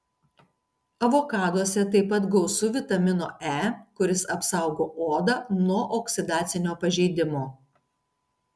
avokaduose taip pat gausu vitamino e kuris apsaugo odą nuo oksidacinio pažeidimo